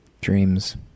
Dreams